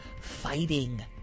fighting